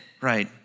right